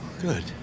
Good